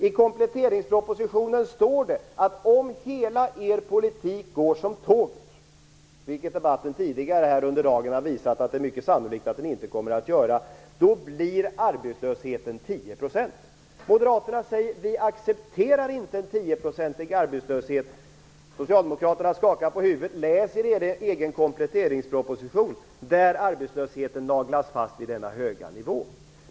I kompletteringspropositionen står det att om hela er politik går som tåget, vilket debatten tidigare under dagen har visat att det är mycket sannolikt att den inte kommer att göra, blir arbetslösheten 10 %. Moderaterna säger att de inte accepterar en arbetslöshet på 10 %. Socialdemokraterna skakar på huvudet. Läs er egen kompletteringsproposition, där arbetslösheten naglas fast vid denna höga nivå.